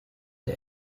der